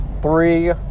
Three